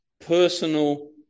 personal